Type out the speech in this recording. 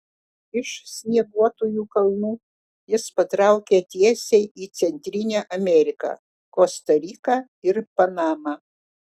iš snieguotųjų kalnų jis patraukė tiesiai į centrinę ameriką kosta riką ir panamą